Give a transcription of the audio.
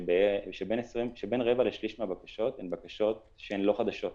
שבין רבע לשליש מהבקשות הן בקשות לא חדשות,